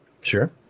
Sure